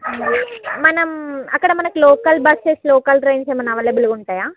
మనం అక్కడ మనకు లోకల్ బస్సెస్ లోకల్ ట్రైన్స్ ఏమైనా అవైలబుల్గా ఉంటాయా